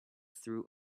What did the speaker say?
through